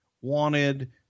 wanted